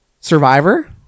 Survivor